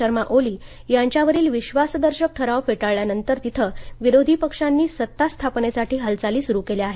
शर्मा ओली यांच्यावरील विश्वासदर्शक ठराव फेटाळल्यानंतर तिथे विरोधी पक्षांनी सत्ता स्थापनेसाठी हालचाली सुरू केल्या आहेत